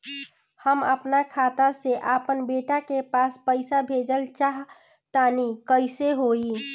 हम आपन खाता से आपन बेटा के पास पईसा भेजल चाह तानि कइसे होई?